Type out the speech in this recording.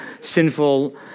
sinful